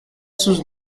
sus